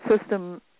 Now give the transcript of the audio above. system